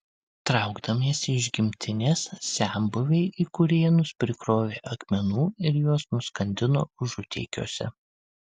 traukdamiesi iš gimtinės senbuviai į kurėnus prikrovė akmenų ir juos nuskandino užutėkiuose